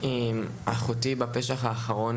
אחותי התאבדה בפסח האחרון,